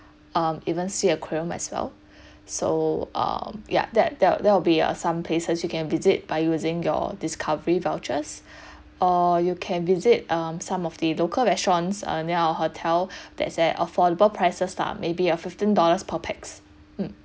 um even sea aquarium as well so um yeah that there there will be uh some places you can visit by using your discovery vouchers or you can visit um some of the local restaurants err near our hotel that is at affordable prices lah maybe err fifteen dollars per pax